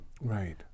Right